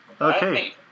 Okay